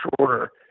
shorter